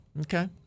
Okay